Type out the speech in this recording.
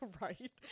right